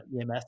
EMS